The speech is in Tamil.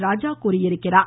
ராஜா தெரிவித்திருக்கிறார்